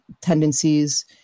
tendencies